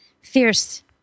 fierce